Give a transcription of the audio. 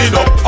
up